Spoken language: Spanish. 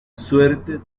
suerte